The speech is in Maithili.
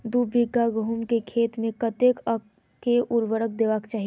दु बीघा गहूम केँ खेत मे कतेक आ केँ उर्वरक देबाक चाहि?